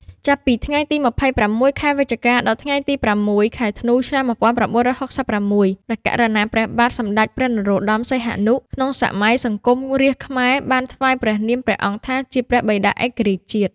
ចាប់ពីថ្ងៃទី២៦ ខែវិច្ឆិកា ដល់ ថ្ងៃទី០៦ ខែធ្នូ ឆ្នាំ១៩៦៦ ព្រះករុណា ព្រះបាទសម្តេចព្រះនរោត្តម សីហនុ ក្នុងសម័យសង្គមរាស្រ្តខ្មែរបានថ្វាយ ព្រះនាមព្រះអង្គថាជា ព្រះបិតាឯករាជ្យជាតិ។